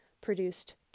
produced